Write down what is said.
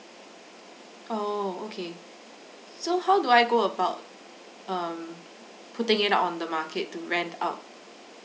oh okay so how do I go about um putting it out on the market to rent out